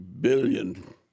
billion